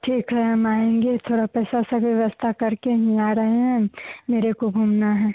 ठीक है हम आएंगे थोड़ा पैसा वैसा का व्यवस्था करके ही आ रहे हैं मेरे को घूमना है